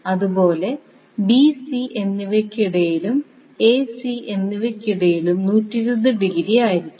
അതുപോലെ B C എന്നിവയ്ക്കിടയിലും A C എന്നിവയ്ക്കിടയിലും 120 ഡിഗ്രി ആയിരിക്കും